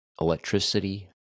electricity